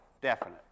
definite